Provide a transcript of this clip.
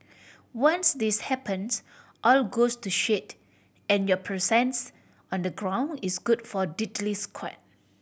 once this happens all goes to shit and your presence on the ground is good for diddly squat